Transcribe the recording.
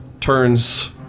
Turns